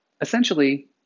Essentially